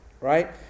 Right